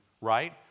right